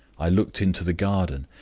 i looked into the garden,